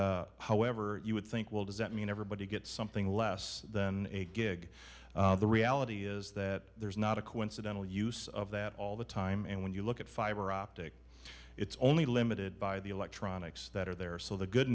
and however you would think well does that mean everybody gets something less than a gig the reality is that there's not a coincidental use of that all the time and when you look at fiber optic it's only emitted by the electronics that are there so the good